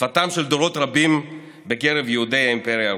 שפתם של דורות רבים בקרב יהודי האימפריה הרוסית.